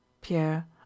Pierre